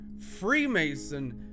freemason